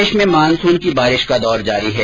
प्रदेश में मानसून की बारिश का दौर जारी है